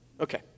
Okay